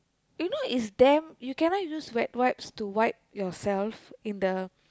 you know is damn you cannot use wet wipes to wipe yourself in the